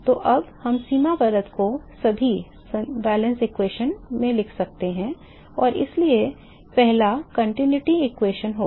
तो अब हम सीमा परत में सभी संतुलन समीकरण लिख सकते हैं और इसलिए पहला निरंतरता समीकरण होगा